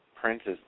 Princes